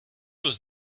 was